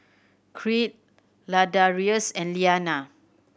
Creed Ladarius and Liana